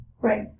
Right